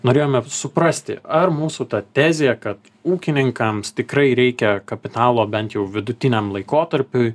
norėjome suprasti ar mūsų ta tezė kad ūkininkams tikrai reikia kapitalo bent jau vidutiniam laikotarpiui